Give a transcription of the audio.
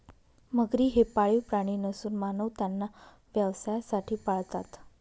मगरी हे पाळीव प्राणी नसून मानव त्यांना व्यवसायासाठी पाळतात